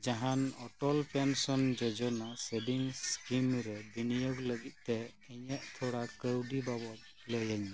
ᱡᱟᱦᱟᱱ Atal pension Yojana savings scheme ᱨᱮ ᱵᱤᱱᱤᱭᱳᱜᱽ ᱞᱟᱹᱜᱤᱫ ᱛᱮ ᱤᱧᱟᱹᱜ ᱛᱷᱚᱲᱟ ᱠᱟᱹᱣᱰᱤ ᱵᱟᱵᱚᱛ ᱞᱟᱹᱭᱟᱹᱧ ᱢᱮ